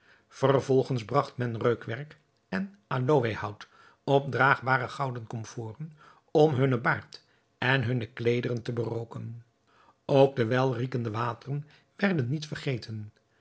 vervolgens bragt men reukwerk en aloéhout op draagbare gouden komforen om hunnen baard en hunne kleederen te berooken ook de welriekende wateren werden niet vergeten